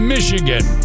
Michigan